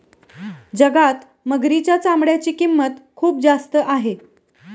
जगात मगरीच्या चामड्याची किंमत खूप जास्त आहे